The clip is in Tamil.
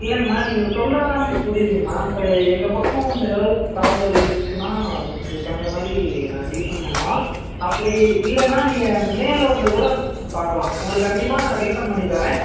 இல்லைங்மா நீங்கள் சொல்வதெல்லாம் புரியுதுங்கம்மா இப்போ எங்கள் பக்கம் ஏதாவது ப்ராப்ளம் இருக்குதுன்னா அதுக்கு தகுந்த மாதிரி நாங்கள் ரீஃபண்ட் பண்ணுவோம் அப்படி இல்லைன்னா நீங்கள் நேரில் வந்து கூட பார்க்கலாம் உங்களுக்கு கண்டிப்பாக ரீஃபண்ட் பண்ணித் தரேன்